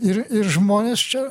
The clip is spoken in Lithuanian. ir ir žmonės čia